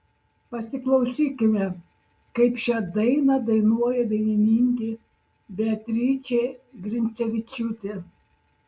pasiklausykime kaip šią dainą dainuoja dainininkė beatričė grincevičiūtė